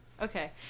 Okay